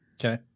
Okay